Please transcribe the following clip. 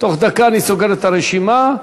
בתוך דקה אני סוגר את הרשימה,